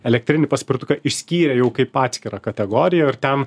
elektrinį paspirtuką išskyrė jau kaip atskirą kategoriją ir ten